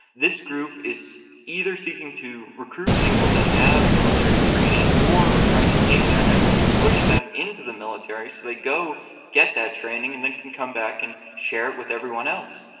this group is either seeking to recruit people that have military training or are trying to take their members and push them into the military. so they go get that training and then can come back and share it with everyone else.